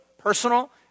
Personal